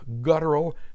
guttural